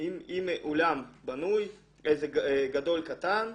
עם אולם בנוי, גדול/קטן,